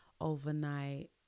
overnight